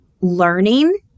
learning